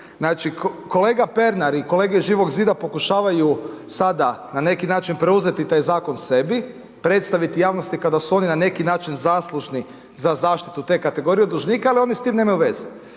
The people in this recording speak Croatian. znači kolega Pernar i kolege iz Živog zida pokušavaju sada na neki način preuzeti taj zakon sebi, predstaviti javnosti kao da su oni na neki način zaslužni za zaštitu te kategorije dužnika, ali oni s tim nemaju veze.